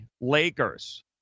Lakers